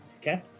Okay